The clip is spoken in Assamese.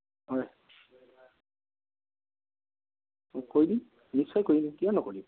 হয় কৰি দিম নিশ্চয় কৰি দিম কিয় নকৰিম